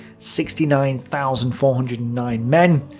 sixty nine thousand four hundred and nine men,